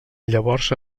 llavors